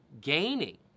gaining